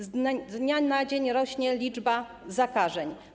Z dnia na dzień rośnie liczba zakażeń.